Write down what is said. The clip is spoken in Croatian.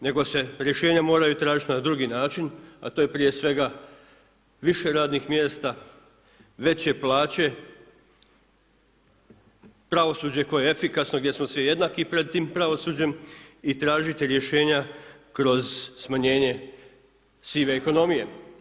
Nego se rješenja moraju tražiti na drugi način, a to je prije svega više radnih mjesta, veće plaće, pravosuđe koje je efikasno gdje smo svi jednaki pred tim pravosuđem, i tražiti rješenja kroz smanjenje sive ekonomije.